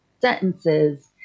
sentences